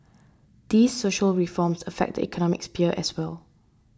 these social reforms affect the economic sphere as well